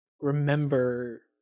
remember